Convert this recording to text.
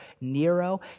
Nero